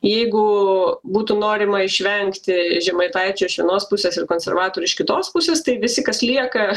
jeigu būtų norima išvengti žemaitaičio iš vienos pusės ir konservatorių iš kitos pusės tai visi kas lieka